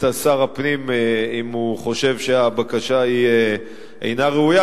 שר הפנים אם הוא חושב שהבקשה אינה ראויה,